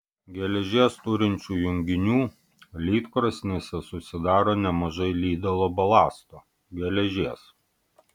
geležies turinčių junginių lydkrosnėse susidaro nemažai lydalo balasto geležies